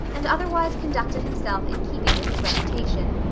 and otherwise conducted himself in keeping with his reputation,